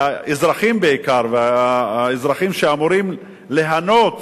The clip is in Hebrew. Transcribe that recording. ובעיקר האזרחים שאמורים ליהנות